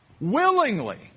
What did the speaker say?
willingly